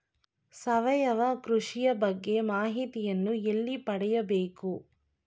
ಸಾವಯವ ಕೃಷಿಯ ಬಗ್ಗೆ ಮಾಹಿತಿಯನ್ನು ಎಲ್ಲಿ ಪಡೆಯಬೇಕು?